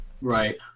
Right